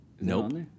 nope